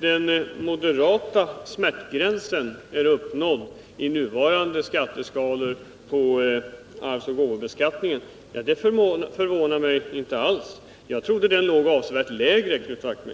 den moderata smärtgränsen är uppnådd med nuvarande skatteskalor i fråga om arvsoch gåvobeskattningen förvånar mig inte alls. Jag trodde den låg avsevärt lägre, Knut Wachtmeister.